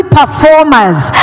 performers